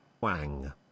Wang